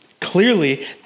Clearly